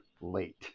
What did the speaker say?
late